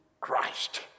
Christ